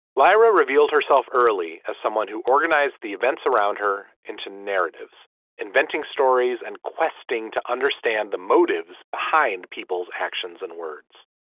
lyra revealed herself early. as someone who organized the events around her into narratives inventing stories and questing to understand the motives behind peoples actions and words